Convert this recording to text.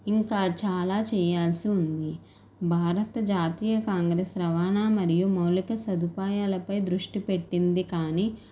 ఇంకా చాలా చేయాల్సి ఉంది భారత జాతీయ కాంగ్రెస్ రవాణా మరియు మౌలిక సదుపాయాలపై దృష్టి పెట్టింది కానీ